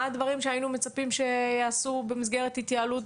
מה הדברים שהיינו מצפים שייעשו במסגרת התייעלות